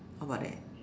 how about that